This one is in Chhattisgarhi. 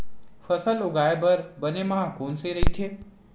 फसल उगाये बर बने माह कोन से राइथे?